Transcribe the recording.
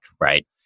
right